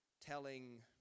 telling